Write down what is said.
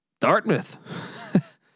Dartmouth